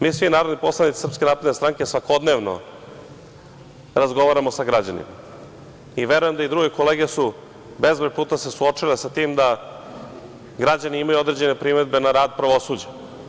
Mi svi narodni poslanici SNS svakodnevno razgovaramo sa građanima i verujem da su se i druge kolege bezbroj puta suočile sa tim da građani imaju određene primedbe na rad pravosuđa.